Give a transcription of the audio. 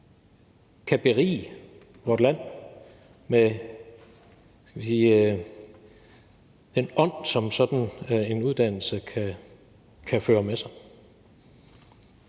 skal jeg sige – den ånd, som sådan en uddannelse kan føre med sig.